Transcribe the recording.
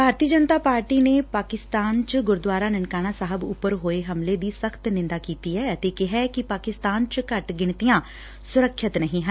ਭਾਰਤੀ Janata party ਨੇ ਪਾਕਿਸਤਾਨ ਚ ਗੁਰਦੁਆਰਾ ਨਨਕਾਣਾ ਸਾਹਿਬ ਉਪਰ ਹੋਏ ਹਮਲੇ ਦੀ ਸਖ਼ਤ ਨਿੰਦਾ ਕੀਤੀ ਐ ਅਤੇ ਕਿਹੈ ਕਿ ਪਾਕਿਸਤਾਨ ਚ ਘੱਟ ਗਿਣਤੀਆਂ ਸੁਰੱਖਿਅਤ ਨਹੀ ਨੇ